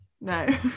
no